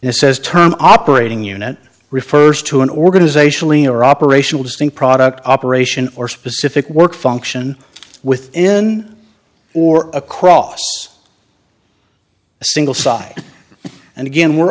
this says term operating unit refers to an organizationally or operational dissing product operation or specific work function within or across single side and again we're